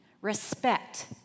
respect